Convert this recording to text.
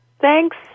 Thanks